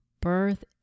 birth